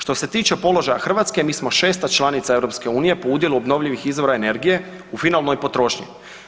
Što se tiče položaja Hrvatske mi smo 6 članica EU po udjelu obnovljivih izvora energije u finalnoj potrošnji.